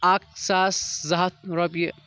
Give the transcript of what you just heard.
اَکھ ساس زٕ ہَتھ رۄپیہِ